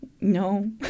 No